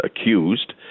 accused